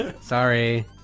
Sorry